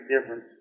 difference